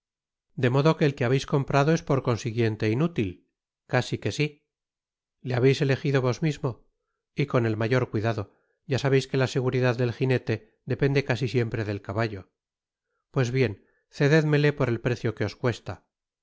de modo que el que habeis comprado es por consiguiente inútil casi que si le habeis elejido vos mismo y con el mayor cuidado ya sabeis que la seguridad del ginete depende casi siempre del caballo pues bien cedédmele por el precio que os cuesta